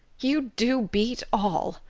you do beat all!